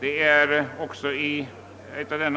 Detta är också ett skäl till